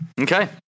Okay